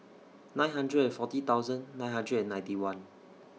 nine hundred and forty thousand nine hundred and ninety one